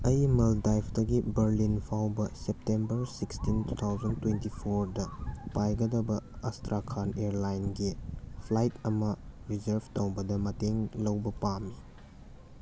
ꯑꯩ ꯃꯥꯜꯗꯥꯏꯞꯇꯒꯤ ꯕꯔꯂꯤꯟ ꯐꯥꯎꯕ September sixteen two thousand twenty ꯐꯣꯔꯗ ꯄꯥꯏꯒꯗꯕ ꯑꯁꯇ꯭ꯔꯈꯥꯟ ꯏꯌꯔꯂꯥꯏꯟꯒꯤ ꯐ꯭ꯂꯥꯏꯠ ꯑꯃ ꯔꯤꯖꯥꯔꯚ ꯇꯧꯕꯗ ꯃꯇꯦꯡ ꯂꯧꯕ ꯄꯥꯝꯃꯤ